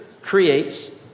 creates